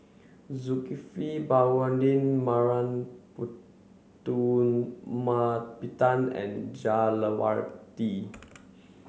Zulkifli Baharudin Putumaippittan and Jah Lelawati